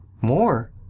More